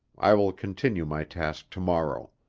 i will continue my task to-morrow.